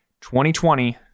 2020